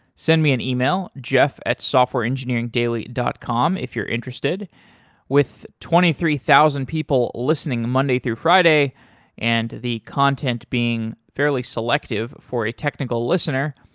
send me an e-mail jeff at softwareengineeringdaily dot com if you're interested with twenty three thousand people listening monday through friday and the content being fairly selective for a technical listener,